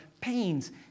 pains